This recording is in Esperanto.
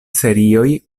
serioj